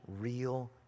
real